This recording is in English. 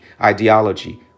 ideology